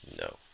no